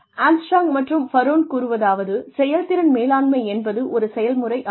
Armstrong மற்றும் Baron கூறுவதாவது செயல்திறன் மேலாண்மை என்பது ஒரு செயல்முறையாகும்